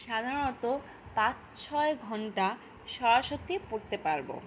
সাধারণত পাঁচ ছয় ঘন্টা সরাসরি পড়তে পারবো